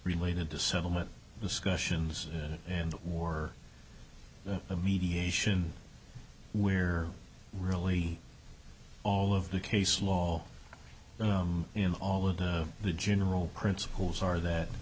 related to settlement discussions and more a mediation where really all of the case law in all of the general principles are that